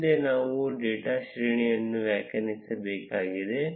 ಮುಂದೆ ನಾವು ಡೇಟಾ ಶ್ರೇಣಿಯನ್ನು ವ್ಯಾಖ್ಯಾನಿಸಬೇಕಾಗಿದೆ